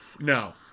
no